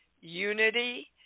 unity